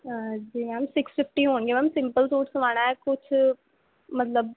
ਜੀ ma'am six fifty ਹੋਣਗੇ ma'am simple suit ਸਵਾਣਾ ਕੁਝ ਮਤਲਬ